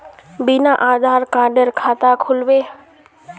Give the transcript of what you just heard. बिना आधार कार्डेर खाता खुल बे?